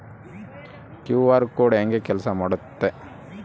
QR code ಹೆಂಗ ಕೆಲಸ ಮಾಡುತ್ತೆ?